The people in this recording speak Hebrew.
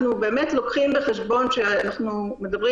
אנחנו באמת לוקחים בחשבון שאנחנו מדברים